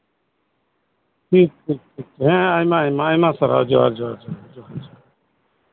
ᱴᱷᱤᱠ ᱴᱷᱤᱠ ᱦᱮᱸ ᱟᱭᱢᱟ ᱟᱭᱢᱟ ᱥᱟᱨᱦᱟᱣ ᱡᱚᱦᱟᱨ ᱡᱚᱦᱟᱨ